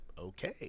okay